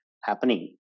happening